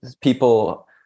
people